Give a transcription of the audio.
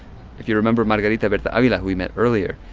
if you remember margarita but berta-avila, who we met earlier,